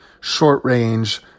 short-range